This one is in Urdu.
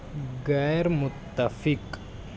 غیر متفق